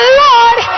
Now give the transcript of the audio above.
lord